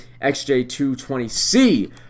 XJ220C